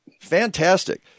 Fantastic